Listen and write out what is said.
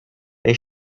they